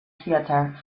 theatre